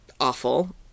awful